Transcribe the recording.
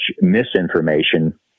misinformation